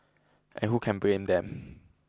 and who can blame them